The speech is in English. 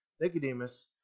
Nicodemus